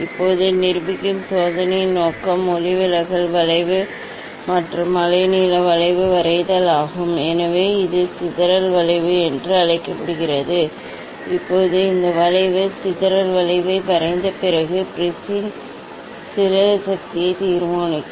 இப்போது நிரூபிக்கும் சோதனையின் நோக்கம் ஒளிவிலகல் வளைவு மற்றும் அலைநீள வளைவு வரைதல் ஆகும் எனவே இது சிதறல் வளைவு என்று அழைக்கப்படுகிறது இப்போது இந்த வளைவு சிதறல் வளைவை வரைந்த பிறகு ப்ரிஸின் சிதறல் சக்தியை தீர்மானிக்கவும்